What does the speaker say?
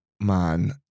Man